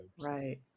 Right